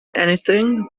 anything